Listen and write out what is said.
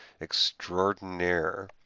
extraordinaire